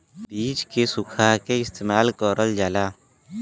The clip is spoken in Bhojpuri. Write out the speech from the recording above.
बीज के सुखा के इस्तेमाल करल जाला